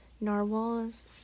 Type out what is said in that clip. Narwhal's